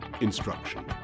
instruction